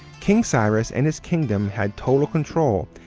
king cyrus and his kingdom had total control,